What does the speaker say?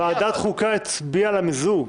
ועדת החוקה הצביעה על המיזוג.